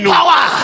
power